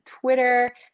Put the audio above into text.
Twitter